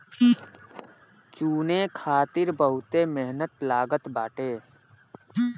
चुने खातिर बहुते मेहनत लागत बाटे